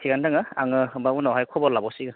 थिकआनो दङ आंनो होनबा उनावहाय खबर लाबावसिगोन